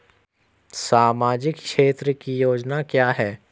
सामाजिक क्षेत्र की योजना क्या है?